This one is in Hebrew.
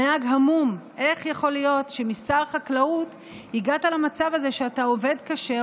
הנהג המום: איך יכול להיות שמשר החקלאות הגעת למצב הזה שאתה עובד קשה,